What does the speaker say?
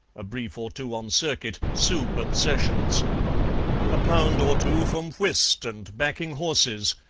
a brief or two on circuit soup at sessions a pound or two from whist and backing horses,